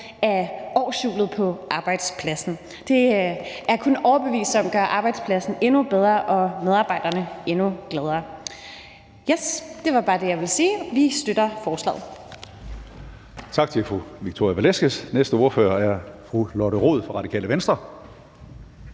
af årshjulet på arbejdspladsen. Det er jeg kun overbevist om gør arbejdspladsen endnu bedre og medarbejdere endnu gladere. Ja, det var bare det, jeg ville sige, og vi støtter forslaget.